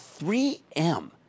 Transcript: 3M